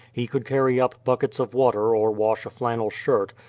he could carry up buckets of water or wash a flannel shirt,